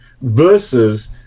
versus